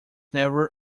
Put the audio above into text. never